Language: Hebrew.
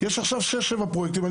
יש עכשיו שישה שבעה פרויקטים,